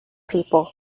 people